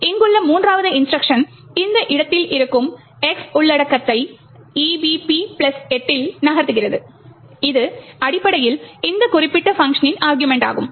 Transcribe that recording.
இங்குள்ள மூன்றாவது இன்ஸ்ட்ருக்ஷன் இந்த இடத்தில் இருக்கும் X உள்ளடக்கத்தை EBP பிளஸ் 8 இல் நகர்த்துகிறது இது அடிப்படையில் இந்த குறிப்பிட்ட பங்க்ஷனின் அருகுமெண்ட்டாகும்